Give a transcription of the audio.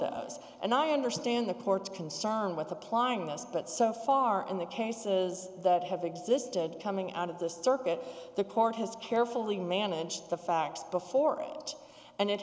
us and i understand the courts concerned with applying this but so far in the cases that have existed coming out of the circuit the court has carefully managed the facts before and it